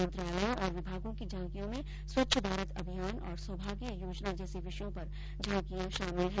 मंत्रालयों और विभागों की झांकियों में स्वच्छ भारत अभियान और सौभाग्य योजना जैसे विषयों पर झांकियां शामिल हैं